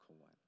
one